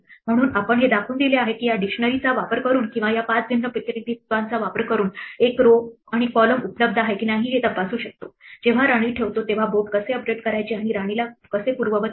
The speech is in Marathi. म्हणून आपण हे दाखवून दिले आहे की या डिक्शनरीचा वापर करून किंवा या 5 भिन्न प्रतिनिधित्वांचा वापर करून एक row आणि column उपलब्ध आहे की नाही हे तपासू शकतो जेव्हा राणी ठेवतो तेव्हा बोर्ड कसे अपडेट करायचे आणि राणीला पूर्ववत कसे करायचे